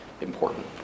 important